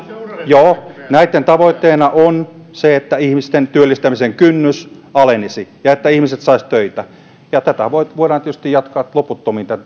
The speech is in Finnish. ja näitten tavoitteena on se että ihmisten työllistämisen kynnys alenisi ja että ihmiset saisivat töitä ja tämän toistamista voidaan tietysti jatkaa loputtomiin